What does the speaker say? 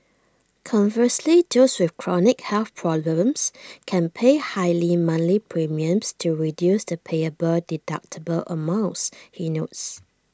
conversely those with chronic health problems can pay higher monthly premiums to reduce the payable deductible amounts he notes